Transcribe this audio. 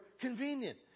convenient